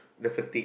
that's a tick